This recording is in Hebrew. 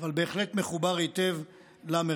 אבל בהחלט מחובר למרחב.